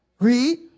Read